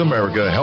America